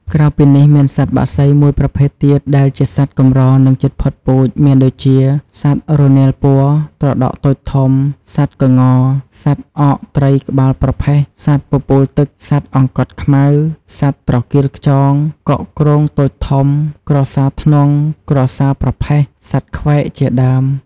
ក្រៅពីនេះមានសត្វបក្សីមួយប្រភេទទៀតដែលជាសត្វកម្រនិងជិតផុតពូជមានដូចជា សត្វរនាលពណ៌ ត្រដក់តូចធំ សត្វក្ង សត្វអកត្រីក្បាលប្រផេះ សត្វពពូលទឹក សត្វអង្កត់ខ្មៅ សត្វត្រកៀលខ្យង កុកគ្រោងតូចធំ ក្រសារធ្នង់ ក្រសារប្រផេះ សត្វក្វែកជាដើម។